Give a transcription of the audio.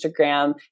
instagram